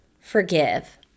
Forgive